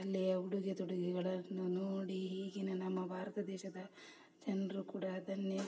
ಅಲ್ಲಿಯ ಉಡುಗೆ ತೊಡುಗೆಗಳನ್ನು ನೋಡಿ ಹೀಗೆಯೇ ನಮ್ಮ ಭಾರತ ದೇಶದ ಜನರು ಕೂಡ ಅದನ್ನೇ